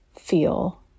feel